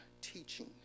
teaching